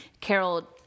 Carol